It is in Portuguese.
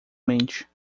mente